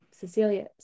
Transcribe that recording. Cecilia